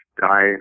die